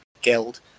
Guild